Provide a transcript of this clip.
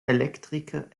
elektriker